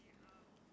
I'm sorry